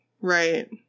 Right